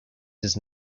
does